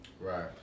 Right